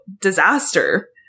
disaster